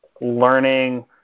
learning